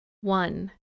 One